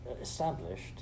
established